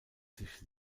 sich